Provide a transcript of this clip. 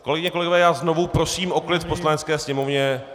Kolegyně, kolegové, znovu prosím o klid v Poslanecké sněmovně.